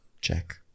check